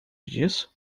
disso